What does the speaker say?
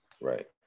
right